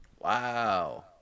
Wow